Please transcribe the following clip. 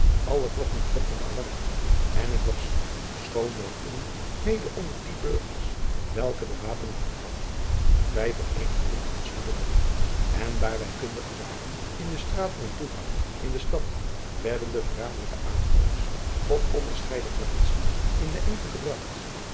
alle klokken klepten allarm en ik was schoon nog jong mede onder die burgers welke de wapenen opvatten wij vereenigden ons gelukkig en daar wij kundiger waren in de straten en toegangen in de stad werden de verraderlijke aanvallers op onderscheiden plaatsen in de engte gebragt